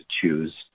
choose